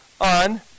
on